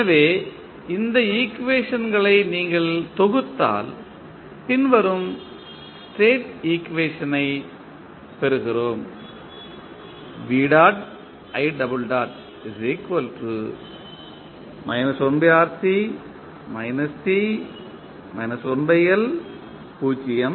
எனவே இந்த ஈக்குவேஷன்களை நீங்கள் தொகுத்தால் பின்வரும் ஸ்டேட் ஈக்குவேஷனைப் பெறுகிறோம்